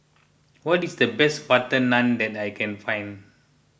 what is the best Butter Naan that I can find